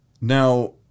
Now